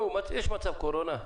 יש מצב קורונה,